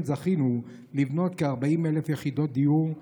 זכינו לבנות כ-40,000 יחידות דיור,